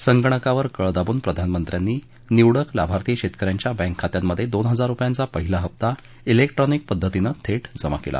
संगणकावर कळ दाबून प्रधानमंत्र्यांनी निवडक लाभार्थी शेतकऱ्यांच्या बँक खात्यांमध्ये दोन हजार रुपयांचा पहिला हप्ता इलेक्ट्रॉनिक पद्धतीनं थेट जमा केला